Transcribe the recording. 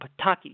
Pataki